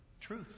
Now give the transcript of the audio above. Truth